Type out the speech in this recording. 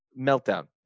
Meltdown